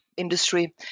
industry